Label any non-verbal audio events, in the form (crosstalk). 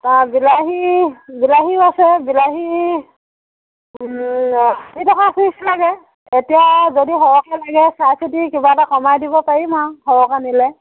তা বিলাহী বিলাহীও আছে বিলাহী আশী টকা (unintelligible) এতিয়া যদি সৰহকৈ লাগে চাই চিতি কিবা এটা কমাই দিব পাৰিম আৰু সৰহকৈ নিলে